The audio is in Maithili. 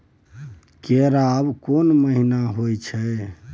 केराव कोन महीना होय हय?